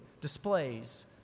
displays